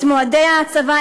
את מועדי ההצבה,